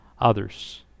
others